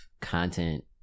content